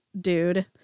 dude